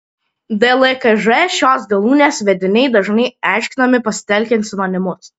dlkž šios galūnės vediniai dažnai aiškinami pasitelkiant sinonimus